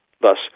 thus